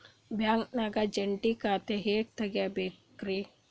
ಬ್ಯಾಂಕ್ದಾಗ ಜಂಟಿ ಖಾತೆ ಹೆಂಗ್ ತಗಿಬೇಕ್ರಿ?